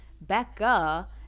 becca